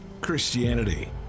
Christianity